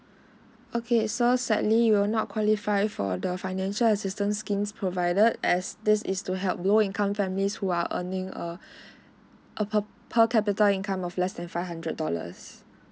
okay so sadly you'll not qualify for the financial assistance schemes provided as this is to help low income families who are earning a a per per capita income of less than five hundred dollars